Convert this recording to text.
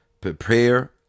prepare